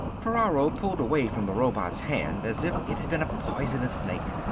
ferraro pulled away from the robot's hand as if it had been a poisonous snake.